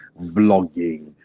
vlogging